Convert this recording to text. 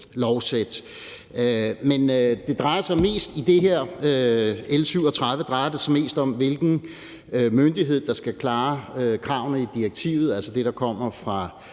komplekst lovsæt. Men i det her L 37 drejer det sig mest om, hvilken myndighed der skal klare kravene i direktivet, altså det, der kommer fra